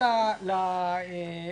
לגבי